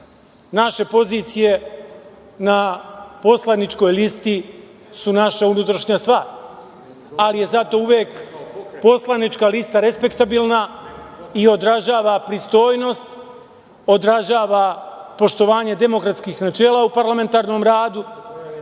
Naše pozicije na poslaničkoj listi su naša unutrašnja stvar, ali je zato uvek poslanička lista respektabilna i odražava pristojnost, odražava poštovanje demokratskih načela u parlamentarnom radu